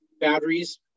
batteries